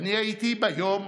ואני הייתי ביום